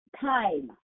time